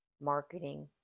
marketing